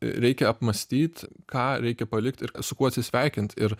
reikia apmąstyt ką reikia palikt ir su kuo atsisveikint ir